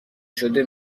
شده